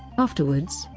afterwards,